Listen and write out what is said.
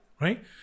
right